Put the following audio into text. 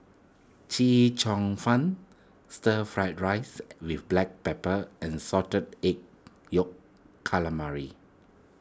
Chee Cheong Fun Stir Fried Rice with Black Pepper and Salted Egg Yolk Calamari